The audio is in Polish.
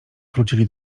wrócili